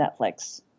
Netflix